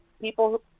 people